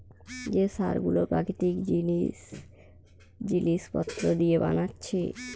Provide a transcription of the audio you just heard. যে সার গুলো প্রাকৃতিক জিলিস পত্র দিয়ে বানাচ্ছে